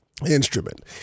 Instrument